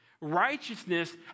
Righteousness